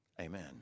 Amen